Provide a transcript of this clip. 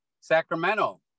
Sacramento